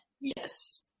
yes